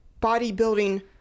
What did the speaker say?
bodybuilding